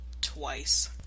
Twice